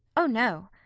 oh no.